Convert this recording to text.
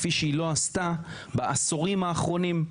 כפי שהיא לא עשתה בעשורים האחרונים.